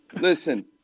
listen